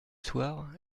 soir